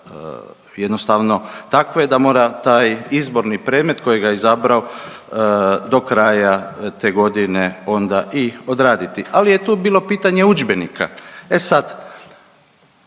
jednostavno takve da mora taj izborni predmet kojega je izabrao do kraja te godine onda i odraditi, ali je tu bilo pitanje udžbenika. E sad,